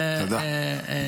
תודה.